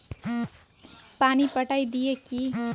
पानी पटाय दिये की?